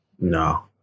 no